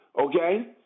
okay